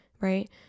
right